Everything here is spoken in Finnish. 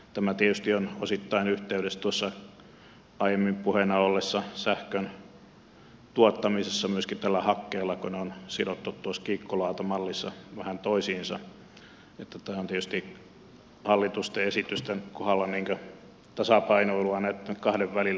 tämä tietysti on osittain yhteydessä tuossa aiemmin puheena olleeseen sähkön tuottamiseen myöskin tällä hakkeella kun ne on sidottu tuossa kiikkulautamallissa vähän toisiinsa niin että tämä on tietysti hallitusten esitysten kohdalla tasapainoilua näitten kahden välillä